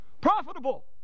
Profitable